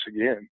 again